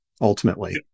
ultimately